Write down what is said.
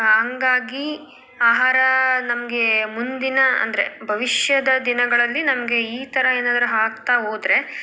ಹಂಗಾಗಿ ಆಹಾರ ನಮಗೆ ಮುಂದಿನ ಅಂದರೆ ಭವಿಷ್ಯದ ದಿನಗಳಲ್ಲಿ ನಮಗೆ ಈ ಥರ ಏನಾದರೂ ಆಗ್ತಾ ಹೋದ್ರೆ